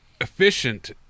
efficient